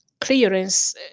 clearance